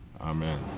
Amen